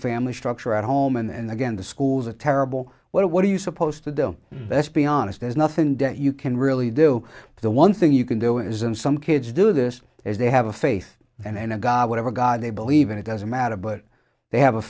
family structure at home and again the schools are terrible what are you supposed to do best be honest there's nothing that you can really do the one thing you can do is in some kids do this as they have a faith and a god whatever god they believe in it doesn't matter but they have a